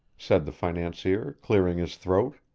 said the financier, clearing his throat.